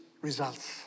results